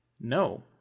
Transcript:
No